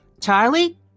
Charlie